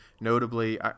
notably